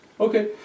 Okay